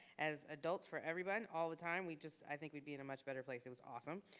as adults for everyone all the time, we just i think we'd be in a much better place. it was awesome.